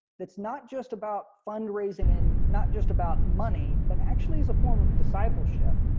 that's not just about fundraising and not just about money, but actually is a form of discipleship.